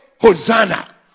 hosanna